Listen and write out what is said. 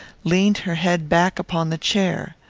leaned her head back upon the chair.